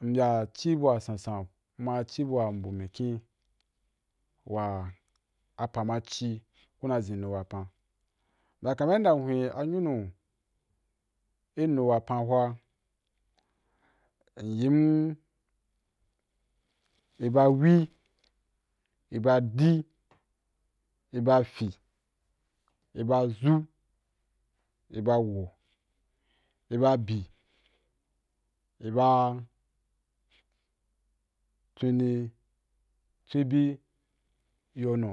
Mbya ci bu a sansan kuma ci bua mbu mikyin wa apa ma ci kuna zin nu wapan, bya kaman yan da mnwe a nyuru i nu wapan hu’a in yim, i ba wi, i ba di, i ba fi, i ba zu, i ba wo, i ba bi, i ba twini twi bi yo nu